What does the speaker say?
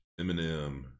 Eminem